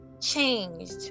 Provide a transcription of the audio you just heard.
changed